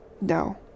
No